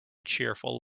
cheerful